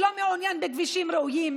שלא מעונין בכבישים ראויים,